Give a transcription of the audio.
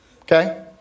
Okay